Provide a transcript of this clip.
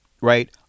right